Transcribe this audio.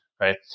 right